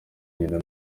nyina